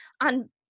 on